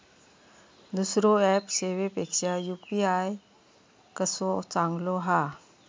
दुसरो ऍप सेवेपेक्षा यू.पी.आय कसो चांगलो हा?